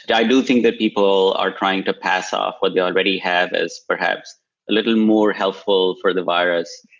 i do think that people are trying to pass off what they already have as perhaps a little more helpful for the virus,